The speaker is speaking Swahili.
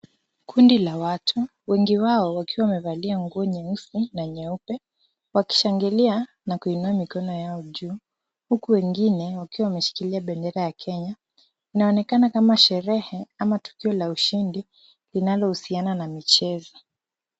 Kundi la watu wengi wao wakiwa wamevalia nguo nyeusi na nyeupe wakishangilia na kuinua mikono yao juu huku wengine wakiwa wameshikilia bendera ya Kenya , inaonekana kama sherehe ama tukio la ushindi linalohusiana na michezo.